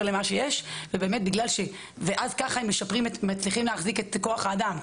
למה שיש וכך הם מצליחים להחזיק את כוח האדם.